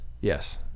Yes